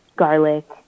Garlic